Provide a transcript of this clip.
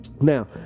Now